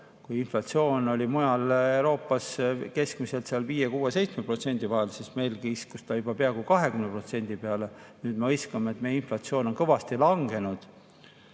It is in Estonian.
Kui inflatsioon oli mujal Euroopas keskmiselt 5%, 6%, 7%, siis meil kiskus ta juba peaaegu 20% peale. Nüüd me hõiskame, et meie inflatsioon on kõvasti langenud.